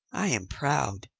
i am proud,